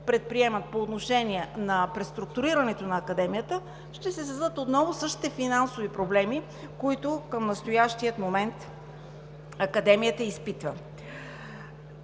предприемат по отношение на преструктурирането на Академията, ще се създадат отново същите финансови проблеми, които към настоящия момент Академията изпитва.